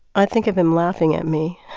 i think of him laughing at me.